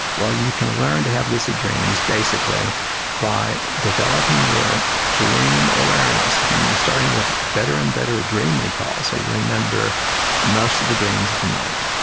well, you can learn to have lucid dreams basically by developing your dream awareness, meaning starting with better and better dream recall, so you remember most of the dreams of the night.